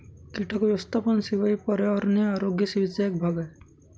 कीटक व्यवस्थापन सेवा ही पर्यावरणीय आरोग्य सेवेचा एक भाग आहे